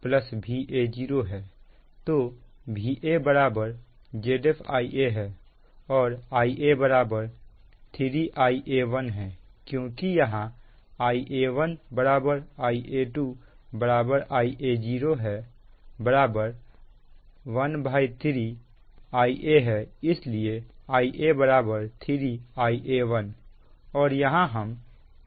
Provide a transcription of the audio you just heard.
तो Va Zf Ia है और Ia 3 Ia1 है क्योंकि यहां Ia1 Ia2 Ia0 13 Ia है इसलिए Ia 3 Ia1 और यहां हम 3 Zf Ia1 रख रहे हैं